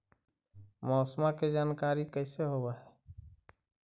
मौसमा के जानकारी कैसे होब है?